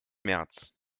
märz